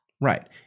Right